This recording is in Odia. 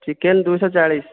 ଚିକେନ୍ ଦୁଇ ଶହ ଚାଳିଶ